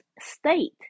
state